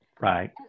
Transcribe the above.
right